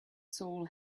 soul